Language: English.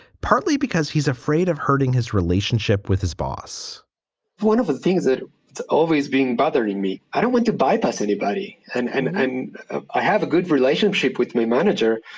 partly because he's afraid of hurting his relationship with his boss one of the things that it's always been bothering me. i don't want to bypass anybody. and and and i have a good relationship with my manager.